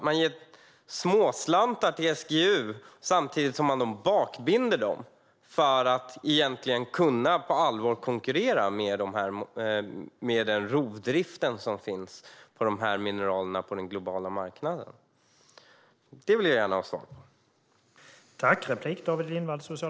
Man ger småslantar till SGU samtidigt som man bakbinder SGU när det gäller att på allvar konkurrera på den globala marknaden med tanke på den rovdrift som finns på dessa mineraler. Det vill jag gärna ha svar på.